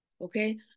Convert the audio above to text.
Okay